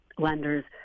lenders